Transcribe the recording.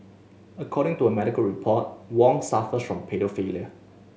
according to a medical report Wong suffers from paedophilia